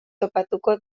topatuko